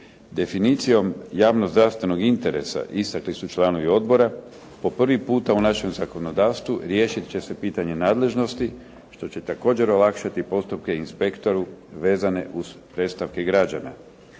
Definicijom javno zdravstvenog interesa istakli su članovi odbora po prvi puta u našem zakonodavstvu riješit će se pitanje nadležnosti što će također olakšati postupke inspektoru vezane uz predstavke građana.